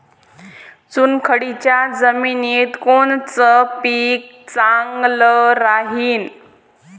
चुनखडीच्या जमिनीत कोनचं पीक चांगलं राहीन?